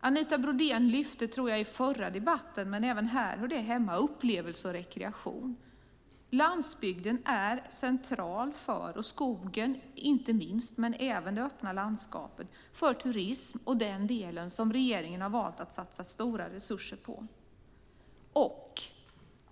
Jag tror att Anita Brodén i förra debatten lyfte fram upplevelse och rekreation, men det hör även hemma här. Landsbygden - inte minst skogen, men även det öppna landskapet - är central för turismen. Det är en del som regeringen har valt att satsa stora resurser på.